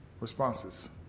responses